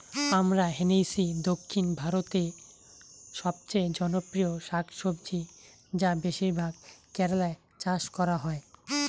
আমরান্থেইসি দক্ষিণ ভারতের সবচেয়ে জনপ্রিয় শাকসবজি যা বেশিরভাগ কেরালায় চাষ করা হয়